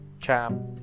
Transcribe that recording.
champ